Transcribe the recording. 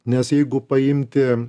nes jeigu paimti